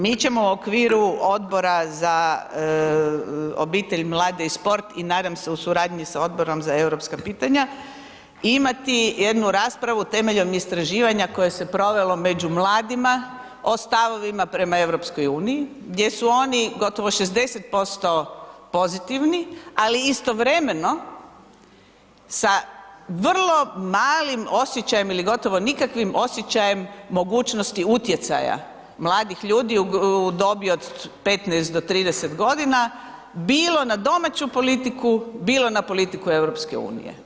Mi ćemo u okviru Odbora za obitelj, mlade i sport i nadam se u suradnji sa Odborom za europska pitanja imati jednu raspravu temeljem istraživanja koje se provelo među mladima o stavovima prema EU, gdje su oni, gotovo 60% pozitivni, ali istovremeno sa vrlo malim osjećajem ili gotovo nikakvim osjećajem mogućnosti utjecaja mladih ljudi u dobi od 15-30 godina, bilo na domaću politiku, bilo na politiku EU.